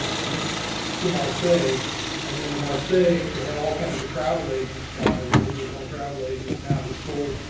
from two mar say and then mr. say they had all kinds of travel agents down there, what we would call travel agents. now who sold